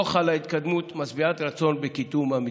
לא חלה התקדמות משביעת רצון בקידום המתווה.